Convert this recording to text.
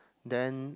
then